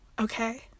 Okay